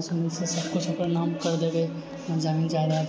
सब किछु ओकर नाम कर देबइ जमीन जायदाद